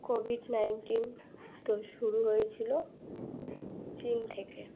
Covid nineteen তো শুরু হয়েছিলো চীন থেকে